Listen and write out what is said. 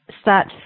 start